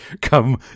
come